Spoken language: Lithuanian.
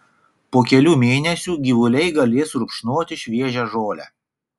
po kelių mėnesių gyvuliai galės rupšnoti šviežią žolę